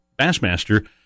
bassmaster